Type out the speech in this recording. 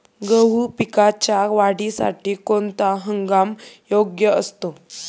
गहू पिकाच्या वाढीसाठी कोणता हंगाम योग्य असतो?